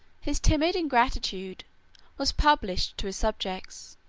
his timid ingratitude was published to his subjects,